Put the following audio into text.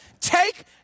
take